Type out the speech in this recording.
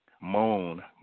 Moon